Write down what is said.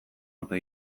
ote